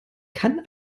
kann